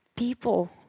people